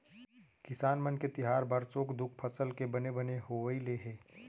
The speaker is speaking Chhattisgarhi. किसान मन के तिहार बार सुख दुख फसल के बने बने होवई ले हे